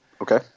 Okay